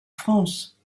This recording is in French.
france